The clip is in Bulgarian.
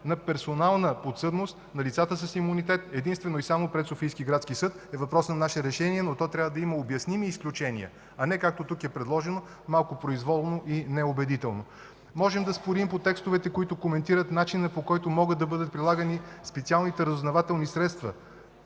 на персонална подсъдност на лицата с имунитет, единствено и само пред Софийски градски съд, е въпрос на наше решение, но то трябва да има обясними изключения, а не както тук е предложено – малко произволно и неубедително. Можем да спорим по текстовете, които коментират начина, по който могат да бъдат прилагани специалните разузнавателни средства.